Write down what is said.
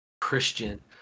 Christian